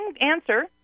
answer